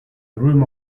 room